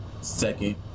second